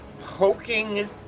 poking